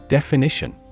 Definition